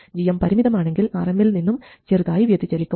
gm പരിമിതമാണെങ്കിൽ Rm ൽ നിന്നും ചെറുതായി വ്യതിചലിക്കും